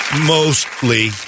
mostly